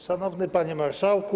Szanowny Panie Marszałku!